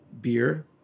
beer